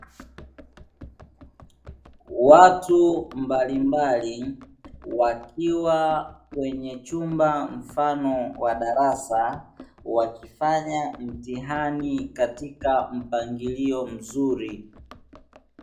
Watu mbalimbali wakiwa kwenye chumba mfano wa darasa, wakifanya mtihani katika mpangilio mzuri.